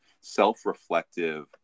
self-reflective